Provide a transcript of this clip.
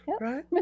Right